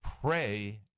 pray